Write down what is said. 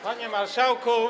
Panie Marszałku!